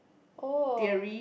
oh